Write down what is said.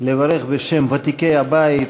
לברך בשם ותיקי הבית.